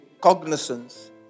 cognizance